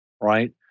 right